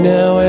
Now